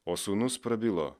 o sūnus prabilo